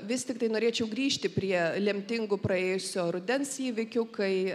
vis tiktai norėčiau grįžti prie lemtingų praėjusio rudens įvykių kai